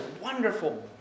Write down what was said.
wonderful